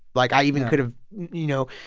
like, i even could have, you know,